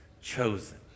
chosen